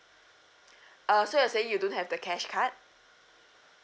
ah so you're saying you don't have the cash card